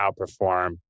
outperform